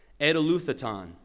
Edeluthaton